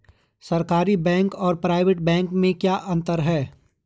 सरकारी बैंक और private bank में क्या क्या अंतर हैं?